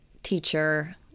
Teacher